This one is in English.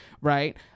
Right